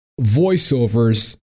voiceovers